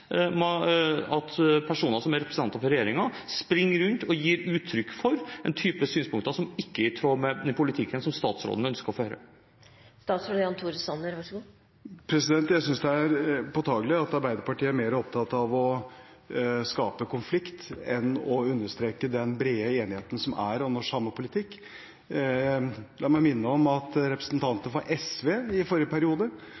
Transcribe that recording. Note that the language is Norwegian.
personer som er representanter for regjeringen, springer rundt og gir uttrykk for en type synspunkter som ikke er i tråd med den politikken som statsråden ønsker å føre? Jeg synes det er påtagelig at Arbeiderpartiet er mer opptatt av å skape konflikt enn å understreke den brede enigheten som er om norsk samepolitikk. La meg minne om at